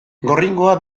gorringoa